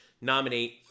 nominate